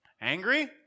Angry